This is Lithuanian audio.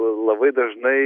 labai dažnai